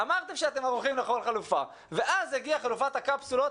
אמרתם שאתם הולכים לכל חלופה ואז הגיעה חלופת הקפסולות